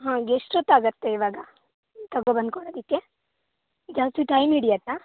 ಹಾಂ ಎಷ್ಟೊತ್ತಾಗತ್ತೆ ಇವಾಗ ತಗೋಬಂದು ಕೊಡೋದಕ್ಕೆ ಜಾಸ್ತಿ ಟೈಮ್ ಹಿಡಿಯತ್ತಾ